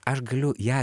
aš galiu ją